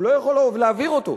הוא לא יכול להעביר אותו,